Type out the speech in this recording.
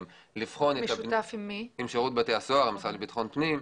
עם שירות בתי הסוהר, עם המשרד לביטחון הפנים.